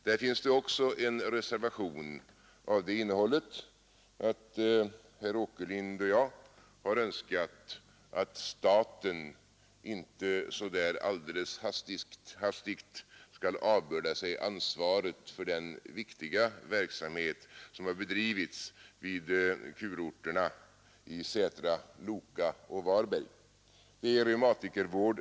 Där finns det också en reservation av det innehållet att herr Åkerlind och jag har önskat att staten inte så hastigt skall avbörda sig ansvaret för den viktiga verksamhet som bedrivits vid kurorterna i Sätra, Loka och Varberg. Det handlar om reumatikervård.